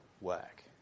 work